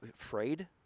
afraid